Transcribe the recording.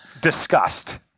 disgust